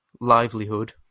livelihood